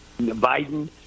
Biden